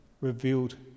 revealed